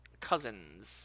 Cousins